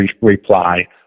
reply